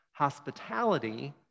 hospitality